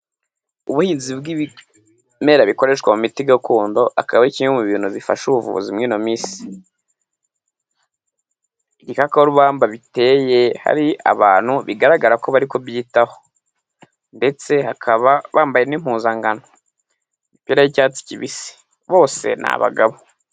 Ubuhinzi bw'ibimera bikoreshwa mu miti gakondo akaba ari kimwe mu bintu bifasha ubuzi mu ino minsi. Ibikakarubamba biteye, hari abantu bigaragara ko bari kubyitaho ndetse bakaba bambaye n'impuzankano, imipira y'icyatsi kibisi, bose ni abagabo.